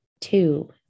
two